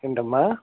ఏంటమ్మా